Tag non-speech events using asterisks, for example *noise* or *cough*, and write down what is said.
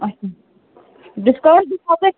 اَچھا ڈِسکاوُنٛٹ *unintelligible*